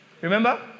Remember